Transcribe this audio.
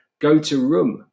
GoToRoom